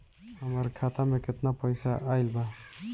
हमार खाता मे केतना पईसा आइल बा?